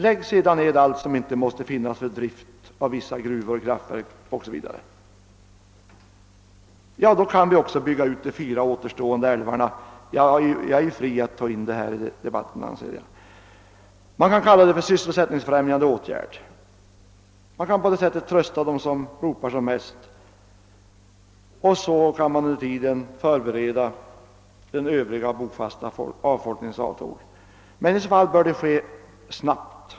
Lägg sedan ner allt som inte måste finnas för drift av vissa gruvor, kraftverk o.s. v.! Då kan vi också bygga ut de fyra återstående älvarna — jag anser att jag har frihet att föra in dem i debatten. Man kan kalla det för sysselsättningsfrämjande åtgärder. Man kan på detta sätt trösta dem som ropar mest, och så kan man under tiden förbereda den övriga bofasta befolkningens avtåg. Men i så fall bör det ske snabbt.